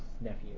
nephew